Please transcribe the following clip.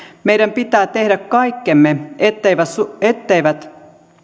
meidän pitää tehdä kaikkemme etteivät